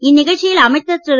இந்நிகழ்ச்சியில் அமைச்சர் திரு